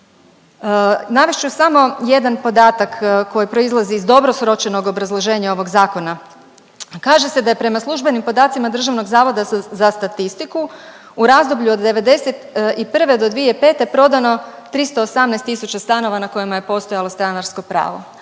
Navest ću samo jedan podatak koji proizlazi iz dobro sročenog obrazloženja ovog zakona. Kaže se da je prema službenim podacima Državnog zavoda za statistiku u razdoblju od '91. do 2005. prodano 318 tisuća stanova na kojima je postojalo stanarsko pravo,